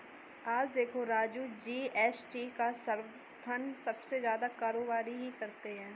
आज देखो राजू जी.एस.टी का समर्थन सबसे ज्यादा कारोबारी ही करते हैं